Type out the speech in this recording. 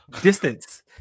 distance